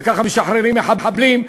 וככה משחררים מחבלים,